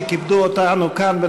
שכיבדו אותנו כאן.